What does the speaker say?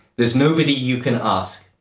there's nobody you can ask.